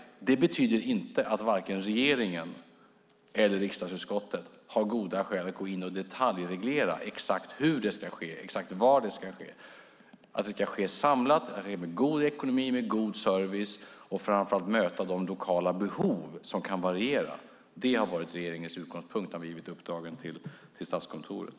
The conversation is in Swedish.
Men det betyder inte att vare sig regeringen eller riksdagsutskottet har goda skäl att gå in och detaljreglera, att reglera exakt hur och var det ska ske. Att det ska ske samlat, att det ska vara god ekonomi och god service och framför allt att det ska möta de lokala behoven, som kan variera, har varit regeringens utgångspunkt när vi gett uppdraget till Statskontoret.